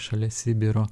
šalia sibiro